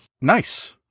Nice